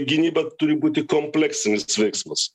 gynyba turi būti kompleksinis veiksmas